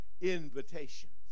invitations